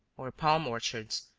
or palm orchards,